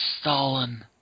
Stalin